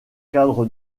cadre